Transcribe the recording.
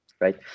right